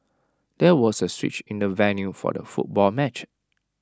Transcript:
there was A switch in the venue for the football match